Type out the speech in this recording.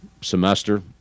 semester